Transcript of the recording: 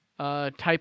Type